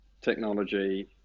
technology